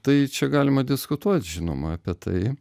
tai čia galima diskutuot žinoma apie tai